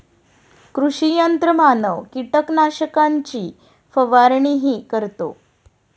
कृषी यंत्रमानव कीटकनाशकांची फवारणीही करतो